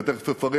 ותכף אפרט